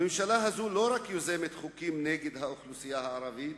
הממשלה הזאת לא רק יוזמת חוקים נגד האוכלוסייה הערבית,